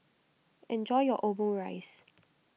enjoy your Omurice